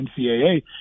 NCAA